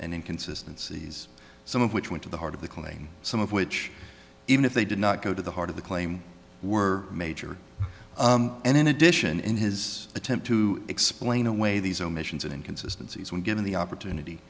and inconsistency some of which went to the heart of the claim some of which even if they did not go to the heart of the claim were major and in addition in his attempt to explain away these omissions and inconsistency when given the opportunity